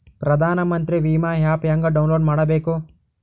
ಪ್ರಧಾನಮಂತ್ರಿ ವಿಮಾ ಆ್ಯಪ್ ಹೆಂಗ ಡೌನ್ಲೋಡ್ ಮಾಡಬೇಕು?